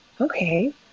okay